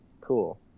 Cool